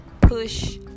push